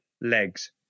legs